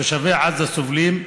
תושבי עזה סובלים,